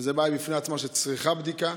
וזו בעיה בפני עצמה שמצריכה בדיקה.